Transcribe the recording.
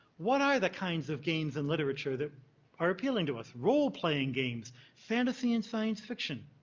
what are the kinds of games in literature that are appealing to us? role playing games, fantasy and science fiction,